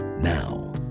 Now